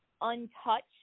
untouched